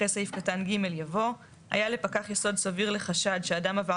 אחרי סעיף קטן (ג) יבוא: "היה לפקח יסוד סביר לחשד שאדם עבר